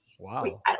Wow